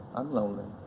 i'm lonely.